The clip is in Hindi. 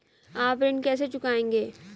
आप ऋण कैसे चुकाएंगे?